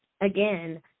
again